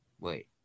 Wait